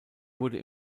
wurde